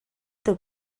teu